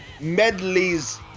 Medleys